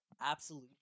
absolute